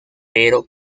pero